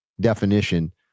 definition